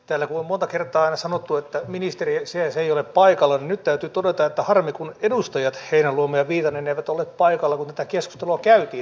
täällä kun on monta kertaa aina sanottu että ministeri se ja se ei ole paikalla niin nyt täytyy todeta että harmi kun edustajat heinäluoma ja viitanen eivät olleet paikalla kun tätä keskustelua käytiin äsken